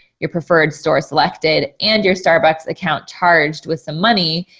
your preferred store selected and your starbucks account charged with some money,